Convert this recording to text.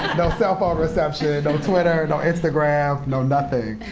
no cell phone reception, no twitter, no instagram, no nothing.